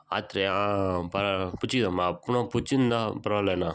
ஆத்ரயா ஆ பரவாயில்ல பிடிச்சிக்குதாம்மா அப்போனா பிடிச்சிருந்தா பரவாயில்லண்ணா